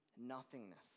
nothingness